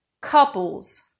couples